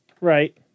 Right